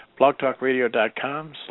blogtalkradio.com